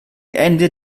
ende